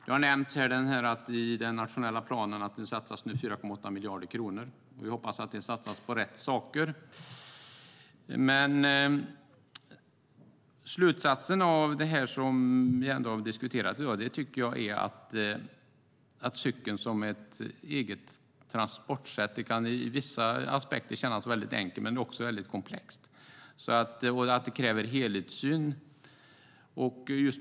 Det har nämnts här att det i den nationella planen satsas 4,8 miljarder kronor. Vi hoppas att de satsas på rätt saker. Slutsatsen av det som vi har diskuterat i dag tycker jag är att frågan om cykeln som ett eget transportsätt kan kännas enkel ur vissa aspekter men också väldigt komplex. Det kräver en helhetssyn.